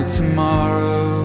tomorrow